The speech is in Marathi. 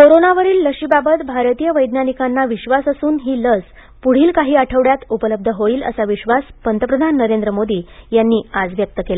कोरोनावरील लशीबाबत भारतीय वैज्ञानिकांना विश्वास असून ही लस पुढील काही आठवड्यात उपलब्ध होईल असा विश्वास पंतप्रधान नरेंद्र मोदी यांनी आज व्यक्त केला